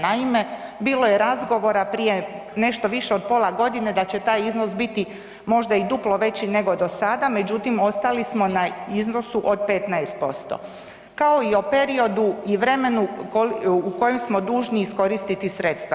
Naime, bilo je razgovora prije nešto više od pola godine da će taj iznos biti možda i duplo veći nego do sada međutim ostali smo na iznosu od 15% kao i o periodu i vremenu u kojem smo dužni iskoristiti sredstva.